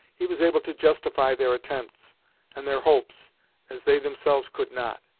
he was able to justify their attempts and their hopes as they themselves could not.